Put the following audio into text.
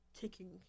taking